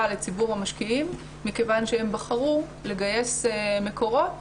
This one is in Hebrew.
לציבור המשקיעים מכיוון שהן בחרו לגייס מקורות